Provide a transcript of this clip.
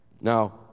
Now